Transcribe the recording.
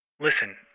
Listen